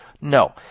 No